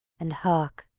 and hark!